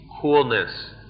coolness